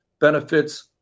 benefits